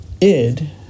id